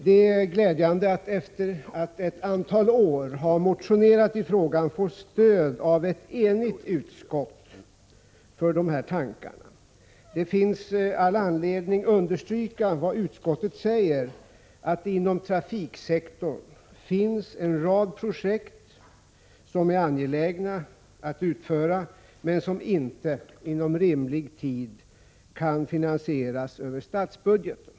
Det är glädjande att, efter att ett antal år ha motionerat i frågan, få stöd av ett enhälligt utskott för de här tankarna. Det finns all anledning att understryka vad utskottet säger, ”att det inom trafiksektorn finns en rad projekt som är angelägna att utföra men som inte inom rimlig tid kan finansieras över statsbudgeten”.